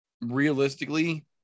realistically